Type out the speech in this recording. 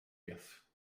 gaffe